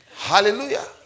Hallelujah